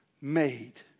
made